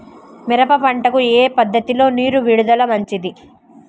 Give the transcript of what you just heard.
మిరప పంటకు ఏ పద్ధతిలో నీరు విడుదల మంచిది?